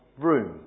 room